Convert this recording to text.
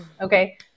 okay